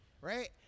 right